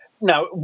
now